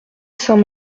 saint